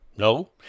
No